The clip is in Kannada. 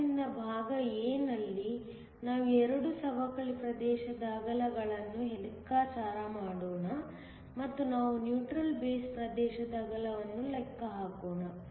ಆದ್ದರಿಂದ ಭಾಗ a ನಲ್ಲಿ ನಾವು 2 ಸವಕಳಿ ಪ್ರದೇಶದ ಅಗಲಗಳನ್ನು ಲೆಕ್ಕಾಚಾರ ಮಾಡೋಣ ಮತ್ತು ನಾವು ನ್ಯೂಟ್ರಲ್ ಬೇಸ್ ಪ್ರದೇಶದ ಅಗಲವನ್ನು ಲೆಕ್ಕ ಹಾಕೋಣ